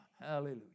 Hallelujah